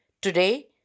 Today